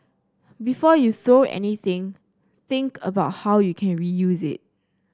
before you throw anything think about how you can reuse it